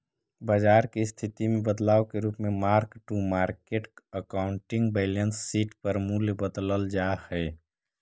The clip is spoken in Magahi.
बाजार के स्थिति में बदलाव के रूप में mark to market accounting balance sheet पर मूल्य बदलल जा हई